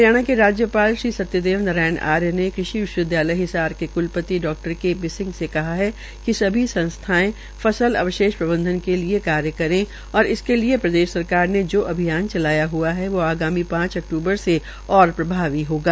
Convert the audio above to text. हरियाणा के राज्यपाल श्रीसत्यादेव नारायण आर्य ने कृषि विश्वविदयालयहिसार के क्लपति डा के पी सिंह से कहा है कि सभी संस्थायें फसल अवशेष प्रबंधन के लिए कार्य करें और इसके लिए प्रदेश सरकार ने जो अभियान चलाया हआ है वो आगामी पांच अक्तूबर से ओर प्रभावी होगा